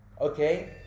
okay